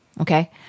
okay